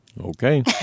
Okay